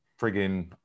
friggin